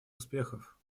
успехов